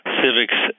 civics